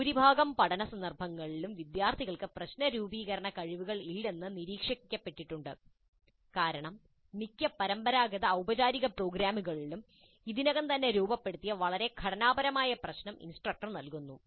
ഭൂരിഭാഗം പഠന സന്ദർഭങ്ങളിലും വിദ്യാർത്ഥികൾക്ക് പ്രശ്ന രൂപീകരണ കഴിവുകൾ ഇല്ലെന്ന് നിരീക്ഷിക്കപ്പെട്ടിട്ടുണ്ട് കാരണം മിക്ക പരമ്പരാഗത ഔപചാരിക പ്രോഗ്രാമുകളിലും ഇതിനകം തന്നെ രൂപപ്പെടുത്തിയ വളരെ ഘടനാപരമായ പ്രശ്നം ഇൻസ്ട്രക്ടർ നൽകുന്നു